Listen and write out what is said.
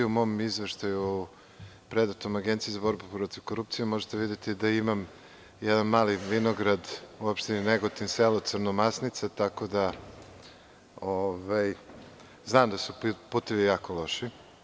U mom izveštaju predatom Agenciji za borbu protiv korupcije možete videti da imam jedan mali vinograd u opštini Negotin, selo Crnomasnica, tako da znam da su putevi jako loši.